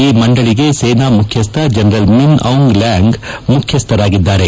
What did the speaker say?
ಈ ಮಂಡಳಿಗೆ ಸೇನಾ ಮುಖ್ಯಸ್ಥ ಜನರಲ್ ಮಿನ್ ಔಂಗ್ ಲ್ಯಾಂಗ್ ಅವರು ಮುಖ್ಯಸ್ಥರಾಗಿದ್ದಾರೆ